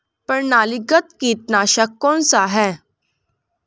प्रणालीगत कीटनाशक कौन सा है?